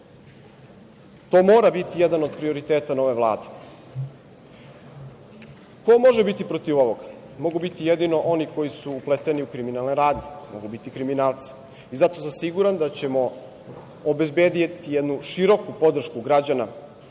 To mora biti jedan od prioriteta nove Vlade. Ko može biti protiv ovoga? Mogu biti jedino oni koji su upleteni u kriminalne radnje, mogu biti kriminalci. Zato sam siguran da ćemo obezbediti jednu široku podršku građana